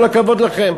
כל הכבוד לכם.